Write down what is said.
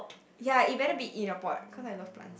ya it better be in a pot because I love plant